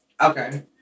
Okay